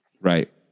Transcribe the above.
Right